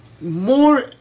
more